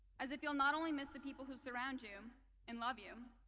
as if you'll not only miss the people who surround you and love you,